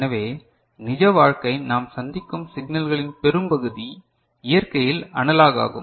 எனவே நிஜ வாழ்க்கை நாம் சந்திக்கும் சிக்னல்களின் பெரும்பகுதி இயற்கையில் அனலாக் ஆகும்